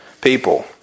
people